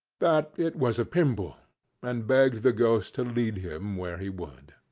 that it was a pimple and begged the ghost to lead him where he would.